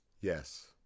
Yes